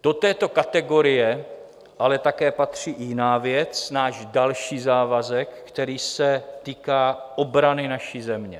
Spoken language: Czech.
Do této kategorie ale také patří i jiná věc, náš další závazek, který se týká obrany naší země.